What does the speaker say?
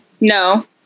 No